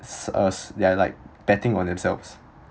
s~ us they are like betting on themselves